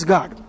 God